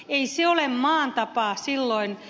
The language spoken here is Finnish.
ei se ole maan tapa silloin